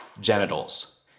genitals